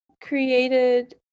created